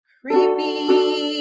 creepy